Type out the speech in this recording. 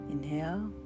Inhale